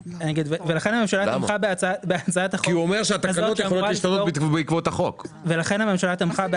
לכן הממשלה תמכה בהצעת החוק הזאת שאמורה לפתור את